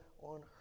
on